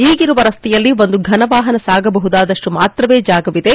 ಈಗಿರುವ ರಸ್ತೆಯಲ್ಲಿ ಒಂದು ಫನ ವಾಹನ ಸಾಗಬಹುದಾದಷ್ಟು ಮಾತ್ರವೇ ಜಾಗವಿದೆ